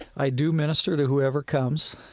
i do minister to whoever comes,